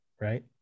right